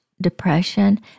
depression